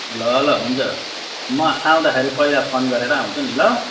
ल ल हुन्छ म आउँदाखेरि पहिला फोन गरेर आउँछु नि ल